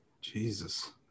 Jesus